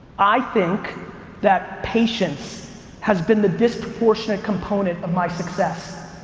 i think that patience has been the disproportionate component of my success.